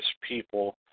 people